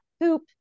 poop